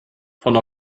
von